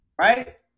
right